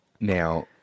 Now